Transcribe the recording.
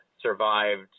survived